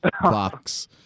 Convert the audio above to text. box